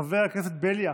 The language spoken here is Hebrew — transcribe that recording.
חבר הכנסת בליאק,